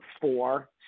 four